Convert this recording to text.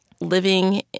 living